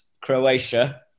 Croatia